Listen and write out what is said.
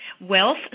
Wealth